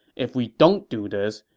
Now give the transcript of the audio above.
if we don't do this,